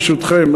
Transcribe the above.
ברשותכם.